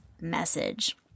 message